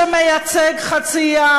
שמייצג חצי עם,